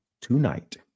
tonight